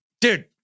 Dude